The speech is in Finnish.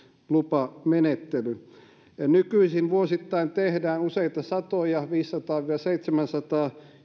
lupamenettelyn nykyisin vuosittain tehdään useita satoja kiinteistökauppoja viisisataa viiva seitsemänsataa